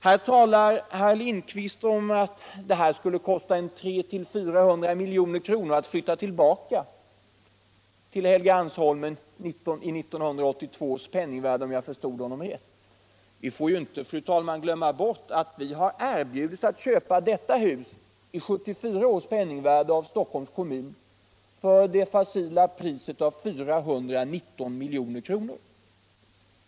Herr Lindkvist talar om att det skulle kosta 300-400 milj.kr. att flytta tillbaka till Helgeandsholmen i 1982 års penningvärde, om jag förstod honom rätt. Vi får inte, fru talman, glömma bort att vi har erbjudits att köpa riksdagens nuvarande hus av Stockholms kommun till det facila priset av 411 milj.kr. i 1974 års penningvärde.